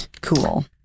Cool